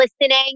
listening